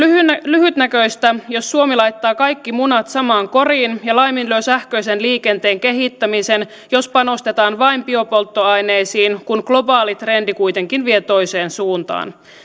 lyhytnäköistä jos suomi laittaa kaikki munat samaan koriin ja laiminlyö sähköisen liikenteen kehittämisen eli jos panostetaan vain biopolttoaineisiin kun globaali trendi kuitenkin vie toiseen suuntaan